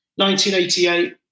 1988